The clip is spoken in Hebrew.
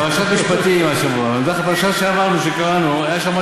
בפרשת משפטים השבוע, בשבוע שעבר, שקראנו, היה משהו